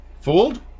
Fooled